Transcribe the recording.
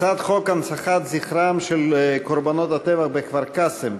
הצעת חוק הנצחת זכרם של קורבנות הטבח בכפר-קאסם,